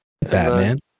Batman